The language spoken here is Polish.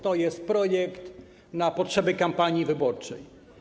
To jest projekt na potrzeby kampanii wyborczej.